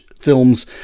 films